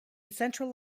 central